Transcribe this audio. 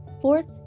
Fourth